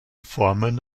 formen